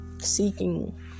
seeking